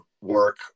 work